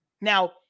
Now